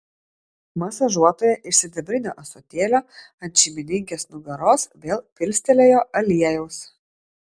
masažuotoja iš sidabrinio ąsotėlio ant šeimininkės nugaros vėl pilstelėjo aliejaus